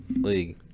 league